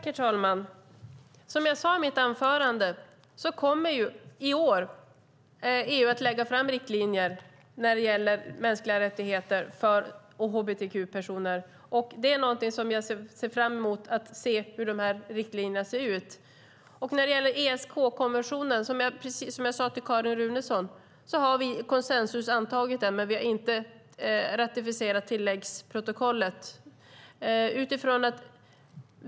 Herr talman! Som jag sade i mitt anförande kommer EU i år att presentera riktlinjer för mänskliga rättigheter och hbtq-personers rättigheter. Jag ser fram emot att få ta del av dessa riktlinjer. När det gäller ESK-konventionen har vi konsensus, som jag sade till Carin Runeson tidigare, men vi har inte ratificerat tilläggsprotokollet.